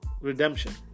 Redemption